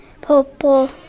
purple